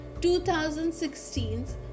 2016's